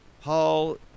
Paul